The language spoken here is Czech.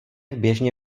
běžně